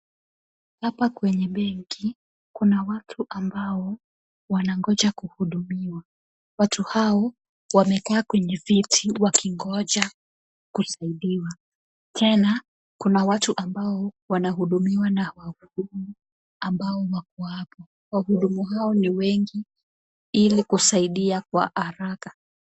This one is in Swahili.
Hapa kwenye benki kuna watu ambao wanangoja kuhudumiwa, watu hao wamekaa kwenye viti wakingoja kusaidiwa, tena kuna watu ambao wanahudumiwa na wahudumu ambao wako hapo. Wahudumu hao ni wengi ilikusaidia kwa haraka.